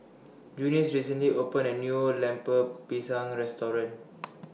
Junius recently opened A New Lemper Pisang Restaurant